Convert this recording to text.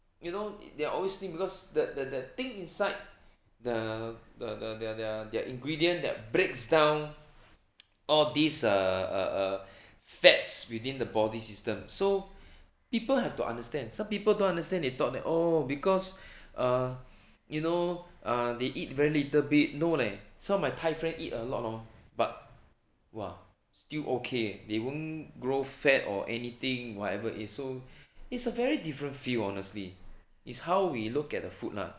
you know they're always slim because the the the thing inside the the their their their ingredient that breaks down all this err err err fats within the body system so people have to understand some people don't understand they thought that oh because uh you know uh they eat very little bit no leh some of my thai friend eat a lot hor !wah! still okay they won't grow fat or anything whatever it is so it's a very different view honestly is how we looked at the food lah